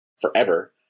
forever